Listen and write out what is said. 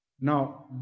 Now